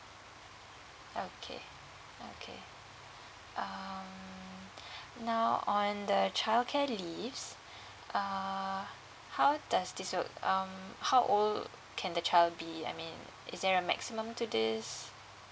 okay okay um now on the childcare leaves err how does this work um how old can the child be I mean is there a maximum to this